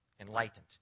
Enlightened